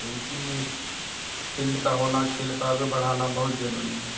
तो इसीलिए फिल्ड का होना खेल का आगे बढ़ाना बहुत ज़रूरी है